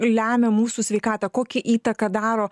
lemia mūsų sveikatą kokią įtaką daro